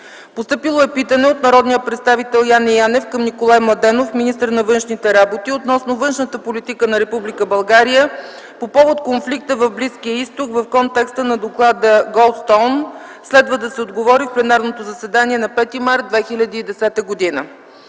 март 2010 г. Питане от народния представител Яне Георгиев Янев към Николай Младенов, министър на външните работи, относно външната политика на Република България по повод конфликта в Близкия Изток в контекста на доклада „Голдстоун”. Следва да се отговори в пленарното заседание на 5 март 2010 г.